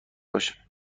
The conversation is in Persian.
باش